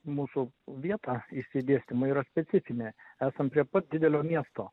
mūsų vieta išsidėstymo yra specifinė esam prie pat didelio miesto